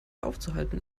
aufzuhalten